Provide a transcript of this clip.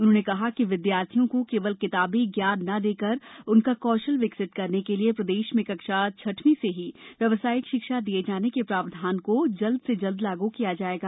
उन्होंने कहा कि विद्यार्थियों को केवल किताबी ज्ञान न देकर उनका कौशल विकसित करने के लिए प्रदेश में कक्षा छठवीं से ही व्यवसायिक शिक्षा दिए जाने के प्रावधान को जल्द से जल्द लागू किया जायेगा